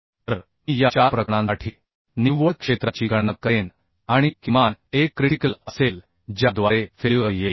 तर मी या 4 प्रकरणांसाठी निव्वळ क्षेत्राची गणना करेन आणि किमान एक क्रिटिकल असेल ज्याद्वारे फेल्युअर येईल